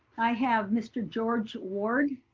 i have mr. george ward.